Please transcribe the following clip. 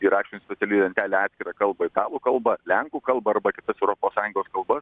įrašėm speciali lentelę atskirą kalbą italų kalbą lenkų kalbą arba kitas europos sąjungos kalbas